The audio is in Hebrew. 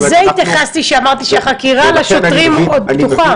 לזה התייחסתי כשאמרתי שהחקירה על השוטרים עוד פתוחה